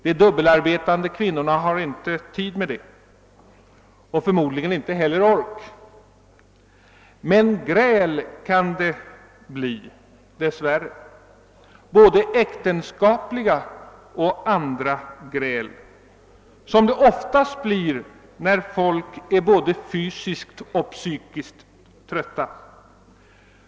De dubbelarbetande kvinnorna har inte tid med det och förmodligen inte heller någon ork. Men gräl kan det bli, dess värre, både äktenskapliga och andra gräl som det ofta blir när folk är både fysiskt och psykiskt trötta.